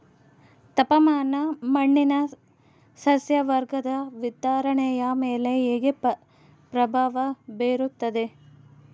ತಾಪಮಾನ ಮಣ್ಣಿನ ಸಸ್ಯವರ್ಗದ ವಿತರಣೆಯ ಮೇಲೆ ಹೇಗೆ ಪ್ರಭಾವ ಬೇರುತ್ತದೆ?